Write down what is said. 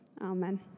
Amen